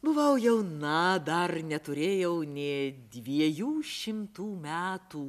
buvau jauna dar neturėjau nė dviejų šimtų metų